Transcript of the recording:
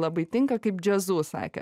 labai tinka kaip džiazu sakė